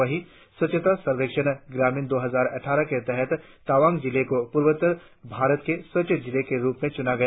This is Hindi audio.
वही स्वच्छ संर्वेक्षण ग्रामीण दो हजार अट्ठारह के तहत तवांग जिले को पूर्वोत्तर भारत के स्वच्छ जिले के रुप में चूना गया